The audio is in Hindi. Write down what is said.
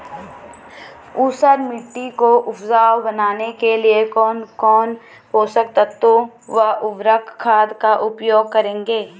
ऊसर मिट्टी को उपजाऊ बनाने के लिए कौन कौन पोषक तत्वों व उर्वरक खाद का उपयोग करेंगे?